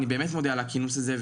אני מודה על הכינוס הזה,